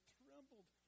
trembled